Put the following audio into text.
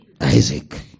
Isaac